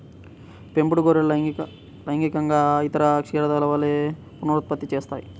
పెంపుడు గొర్రెలు లైంగికంగా ఇతర క్షీరదాల వలె పునరుత్పత్తి చేస్తాయి